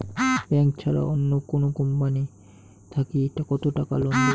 Bank ছাড়া অন্য কোনো কোম্পানি থাকি কত টাকা লোন দিবে?